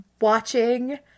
watching